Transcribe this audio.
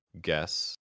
guess